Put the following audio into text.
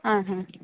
ಹಾಂ ಹಾಂ